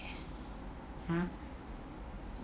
!huh!